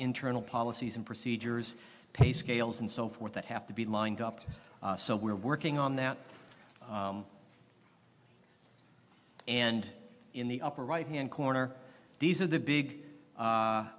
internal policies and procedures pay scales and so forth that have to be lined up so we're working on that and in the upper right hand corner these are the big